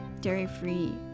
dairy-free